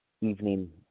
evening